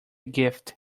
gift